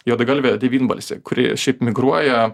juodagalvė devynbalsė kuri šiaip migruoja